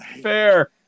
Fair